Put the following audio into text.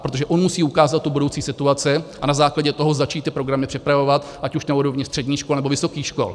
Protože on musí ukázat tu budoucí situaci a na základě toho začít ty programy připravovat, ať už na úrovni středních škol, nebo vysokých škol.